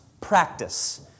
practice